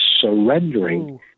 surrendering